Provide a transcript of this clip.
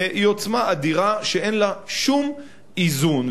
היא עוצמה אדירה שאין לה שום איזון.